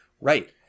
Right